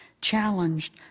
challenged